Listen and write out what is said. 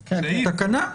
תקנה.